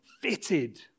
fitted